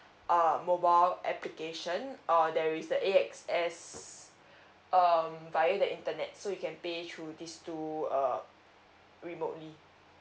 err mobile application or there is the A_X_S um via the internet so you can pay through these two err remotely